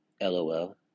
lol